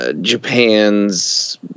Japan's